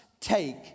take